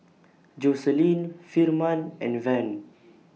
Jocelynn Firman and Van